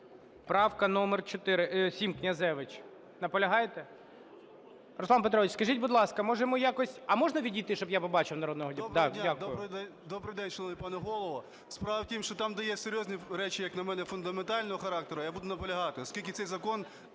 Добрий день, шановний пане Голово! Справа в тім, що там, де є серйозні речі, як на мене, фундаментального характеру, я буду наполягати. Оскільки цей закон